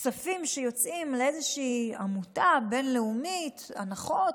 כספים שיוצאים לאיזושהי עמותה בין-לאומית, הנחות,